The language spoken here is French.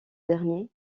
dernier